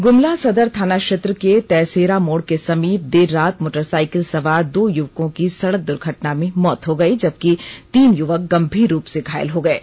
ग्मला सदर थाना क्षेत्र के तैसेरा मोड़ के समीप देर रात मोटरसाइकिल सवार दो युवकों की सड़क दुर्घटना में मौत हो गई जबकि तीन युवक गंभीर रूप घायल हो गए हैं